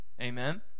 Amen